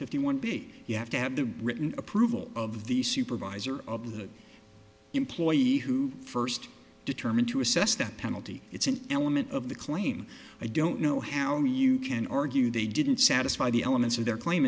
fifty one b you have to have the written approval of the supervisor of the employee who first determine to assess that penalty it's an element of the claim i don't know how you can argue they didn't satisfy the elements of their claim